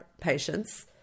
patients